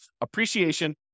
appreciation